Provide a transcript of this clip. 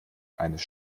eines